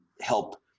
help